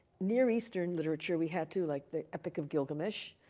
near eastern literature we had to, like the epic of gilgamesh.